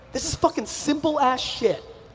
this is fucking simple ass shit.